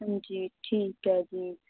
ਹਾਂਜੀ ਠੀਕ ਹੈ ਜੀ